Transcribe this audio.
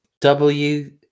W-